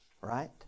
right